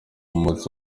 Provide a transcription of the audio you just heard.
umunsi